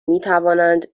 میتوانند